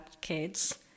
kids